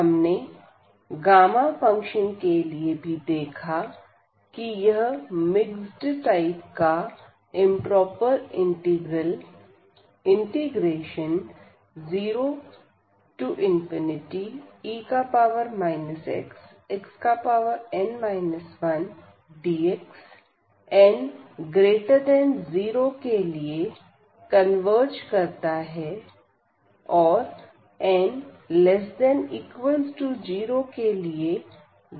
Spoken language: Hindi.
हमने गामा फंक्शन के लिए भी देखा है की यह मिक्स्ड टाइप का improper integral 0e xxn 1dx n0 के लिए कन्वर्ज करता है और n ≤ 0के लिए डायवर्ज करता है